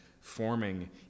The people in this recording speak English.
forming